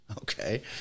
Okay